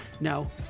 No